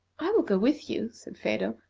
i will go with you, said phedo,